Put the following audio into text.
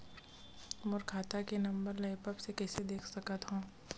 मोर खाता के नंबर ल एप्प से कइसे देख सकत हव?